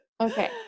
Okay